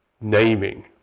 naming